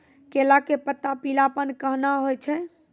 केला के पत्ता पीलापन कहना हो छै?